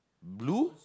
blue